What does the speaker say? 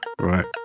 right